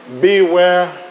Beware